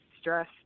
stress